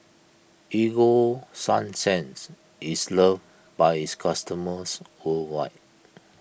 Ego Sunsense is loved by its customers worldwide